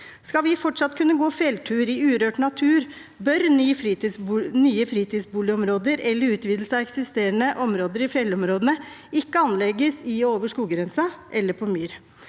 Skal vi fortsatt kunne gå fjelltur i urørt natur, bør nye fritidsboligområder eller utvidelse av eksisterende områder i fjellområdene ikke anlegges i og over skoggrensen eller på myr.